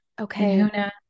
Okay